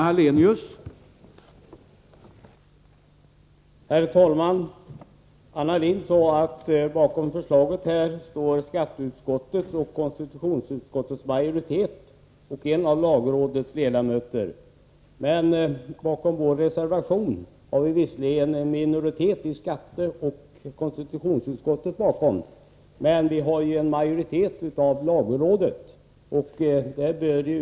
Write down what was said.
Herr talman! Anna Lindh sade att majoriteten inom skatteutskottet och majoriteten inom konstitutionsutskottet stod bakom förslaget, liksom en av lagrådets ledamöter. Det är visserligen en minoritet i skatteutskottet resp. konstitutionsutskottet som ställt sig bakom vår reservation, men den stöds av en majoritet i lagrådet.